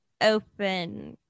open